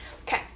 okay